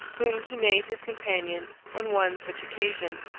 whom he made his companion on one such occasion.